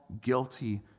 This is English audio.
guilty